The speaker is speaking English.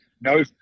No